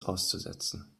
auszusetzen